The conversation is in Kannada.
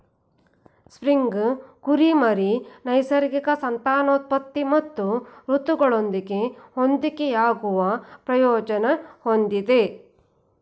ಸ್ಪ್ರಿಂಗ್ ಕುರಿಮರಿ ನೈಸರ್ಗಿಕ ಸಂತಾನೋತ್ಪತ್ತಿ ಮತ್ತು ಋತುಗಳೊಂದಿಗೆ ಹೊಂದಿಕೆಯಾಗುವ ಪ್ರಯೋಜನ ಹೊಂದಿದೆ